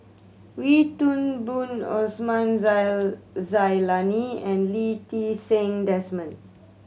Wee Toon Boon Osman Zailani and Lee Ti Seng Desmond